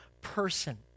person